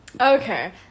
Okay